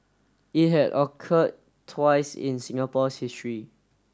it had occurred twice in Singapore's history